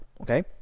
okay